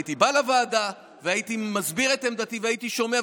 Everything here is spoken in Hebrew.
הייתי בא לוועדה והייתי מסביר את עמדתי והייתי שומע.